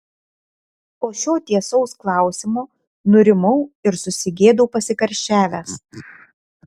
po šio tiesaus klausimo nurimau ir susigėdau pasikarščiavęs